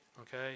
okay